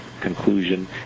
conclusion